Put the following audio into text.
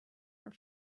are